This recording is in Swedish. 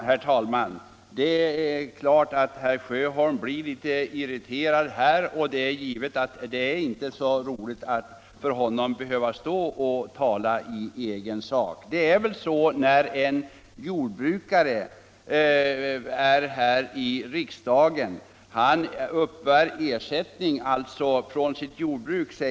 Herr talman! Det är förklarligt att herr Sjöholm blir litet irriterad i denna fråga. Det är givetvis inte så roligt för honom att behöva tala i egen sak. Herr Sjöholm säger att en jordbrukare som är här i riksdagen uppbär ersättning från sitt jordbruk.